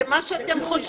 זה מה שאתם חושבים.